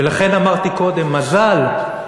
ולכן אמרתי קודם, מזל,